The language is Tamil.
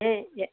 சரி சரி